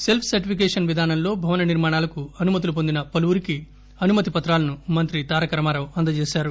cells certification విధానంలో భవన నిర్మాణాలకు అనుమతులు పొందిన పలువురికి అనుమతి పత్రాలను మంత్రి తారక రామారావు అంద చేశారు